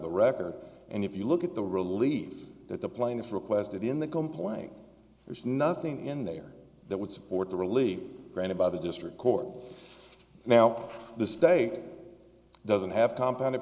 the record and if you look at the relief that the plaintiffs requested in the complaint there's nothing in there that would support the relief granted by the district court now the state doesn't have compound